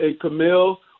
Camille